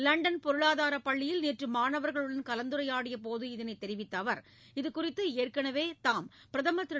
London பொருளாதாரப் பள்ளியில் நேற்று மாணவர்களுடன் கலந்துரையாடிய போது இதனை தெரிவித்த அவர் இதுகுறித்து ஏற்கனவே தாம் பிரதமர் திரு